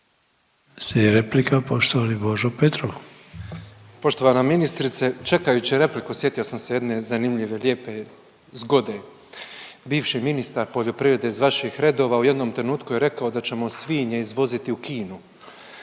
Božo Petrov. **Petrov, Božo (MOST)** Poštovana ministrice, čekajući repliku sjetio sam se jedne zanimljive lijepe zgode. Bivši ministar poljoprivrede iz vaših redova u jednom trenutku je rekao da ćemo svinje izvoziti u Kinu.